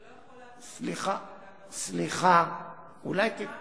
אתה לא יכול להתנות משא-ומתן, זכותם